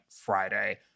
Friday